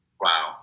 Wow